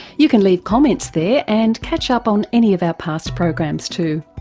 you can leave comments there and catch up on any of our past programs too.